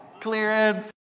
Clearance